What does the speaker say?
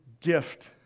gift